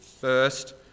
first